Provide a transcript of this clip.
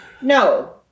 No